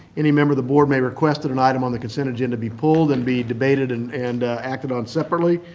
any member of the board may request that an item on the concert agenda be pulled and be debated and and acted on so eventually. like